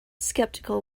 skeptical